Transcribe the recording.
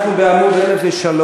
אנחנו בעמוד 1003,